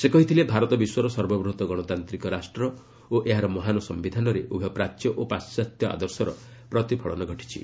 ସେ କହିଥିଲେ ଭାରତ ବିଶ୍ୱର ସର୍ବବୃହତ୍ ଗଣତାନ୍ତିକ ରାଷ୍ଟ୍ର ଓ ଏହାର ମହାନ ସମ୍ଭିଧାନରେ ଉଭୟ ପ୍ରାଚ୍ୟ ଓ ପାର୍କାତ୍ୟ ଆଦର୍ଶର ପ୍ରତିଫଳନ ଘଟିଛି